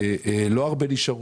לא הרבה נשארו,